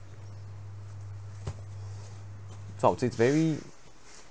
felt it's very